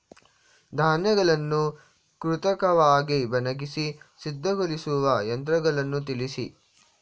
ಧಾನ್ಯಗಳನ್ನು ಕೃತಕವಾಗಿ ಒಣಗಿಸಿ ಸಿದ್ದಗೊಳಿಸುವ ಯಂತ್ರಗಳನ್ನು ತಿಳಿಸಿ?